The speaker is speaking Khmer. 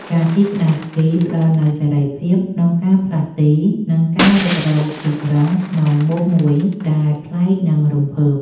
ការជិះក្ដារស្គីផ្ដល់នូវសេរីភាពក្នុងការផ្លាស់ទី និងការរុករកទីក្រុងក្នុងមុំមួយដែលប្លែក និងរំភើប។